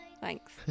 Thanks